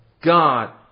God